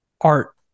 art